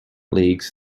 leagues